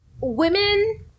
Women